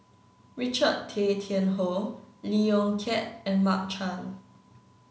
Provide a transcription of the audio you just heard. Richard Tay Tian Hoe Lee Yong Kiat and Mark Chan